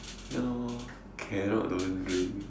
ya lor cannot don't drink